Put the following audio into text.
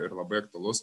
ir labai aktualus